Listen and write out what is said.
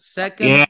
second